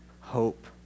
hope